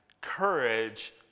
courage